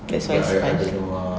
that's why it's fun